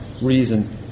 reason